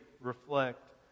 reflect